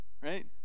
right